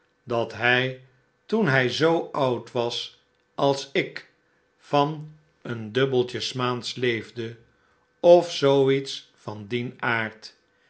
dat hij toen hij zoo oud was als ik van een dubbeltje s maands leefde of zoo iets van dien aard